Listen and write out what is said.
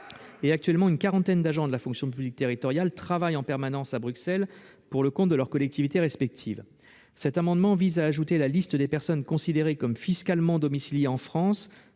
Actuellement, une quarantaine d'agents de la fonction publique territoriale y travaillent en permanence pour le compte de leur collectivité. Cet amendement vise à ajouter à la liste des personnes considérées comme fiscalement domiciliées en France